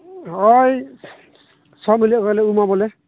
ᱳᱭ ᱥᱳᱢ ᱦᱤᱞᱳᱜ ᱜᱮᱞᱮ ᱩᱢᱟ ᱵᱚᱞᱮ